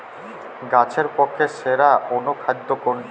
গাছের পক্ষে সেরা অনুখাদ্য কোনটি?